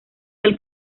del